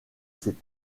ses